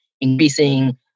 increasing